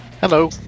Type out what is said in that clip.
Hello